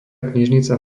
knižnica